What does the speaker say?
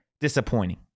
disappointing